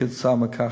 כתוצאה מכך.